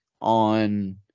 on